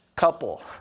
couple